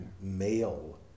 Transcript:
Male